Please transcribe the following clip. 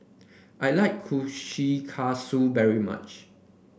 I like Kushikatsu very much